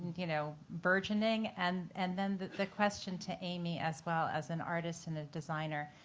you know burgeoning. and and then the the question to aimee as well as an artist and a designer,